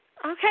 Okay